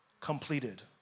completed